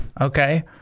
Okay